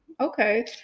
Okay